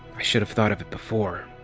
i should have thought of it before.